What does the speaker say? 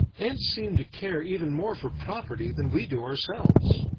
ants seem to care even more for property than we do ourselves.